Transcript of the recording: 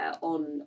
on